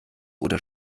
oder